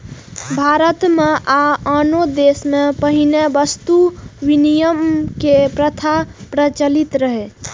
भारत मे आ आनो देश मे पहिने वस्तु विनिमय के प्रथा प्रचलित रहै